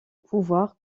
pouvoirs